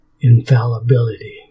infallibility